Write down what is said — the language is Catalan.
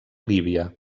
líbia